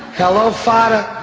gallo father,